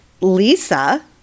Lisa